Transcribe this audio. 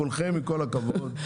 כולכם, עם כל הכבוד,